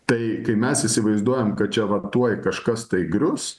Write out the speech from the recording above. tai kai mes įsivaizduojam kad čia va tuoj kažkas tai grius